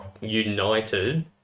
united